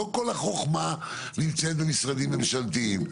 לא כל החוכמה נמצאת במשרדים ממשלתיים.